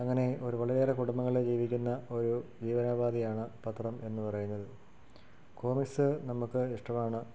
അങ്ങനെ ഒരു വളരെയേറെ കുടുംബങ്ങൾ ജീവിക്കുന്ന ഒരു ജീവനോപാധിയാണ് പത്രം എന്ന് പറയുന്നത് കോമിക്സ് നമുക്ക് ഇഷ്ടമാണ്